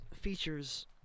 features